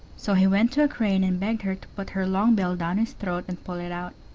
so he went to a crane and begged her to put her long bill down his throat and pull it out.